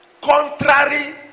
contrary